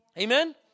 Amen